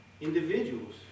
individuals